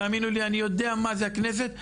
תאמינו לי אני יודע מה זה הכנסת,